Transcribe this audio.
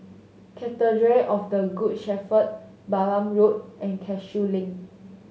Cathedral of the Good Shepherd Balam Road and Cashew Link